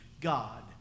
God